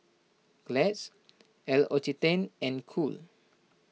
Glad L'Occitane and Cool